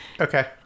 Okay